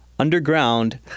Underground